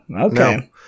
Okay